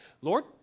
Lord